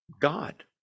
God